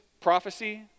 prophecy